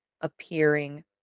appearing